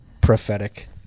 prophetic